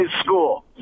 school